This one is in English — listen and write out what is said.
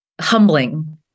humbling